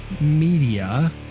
Media